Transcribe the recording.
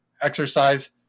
exercise